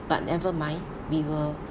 but nevermind we will